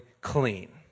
clean